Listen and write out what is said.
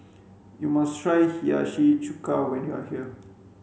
you must try Hiyashi Chuka when you are here